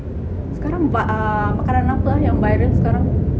sekarang err makanan apa ah yang viral sekarang